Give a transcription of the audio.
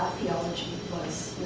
theology was